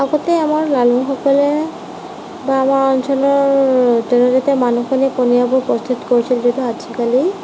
আগতে আমাৰ মানুহসকলে আমাৰ অঞ্চলৰ জনজাতীয় মানুহখিনিয়ে পানীয়বোৰ প্ৰস্তুত কৰিছিল যদিও আজিকালি